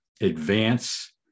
advance